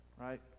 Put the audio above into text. right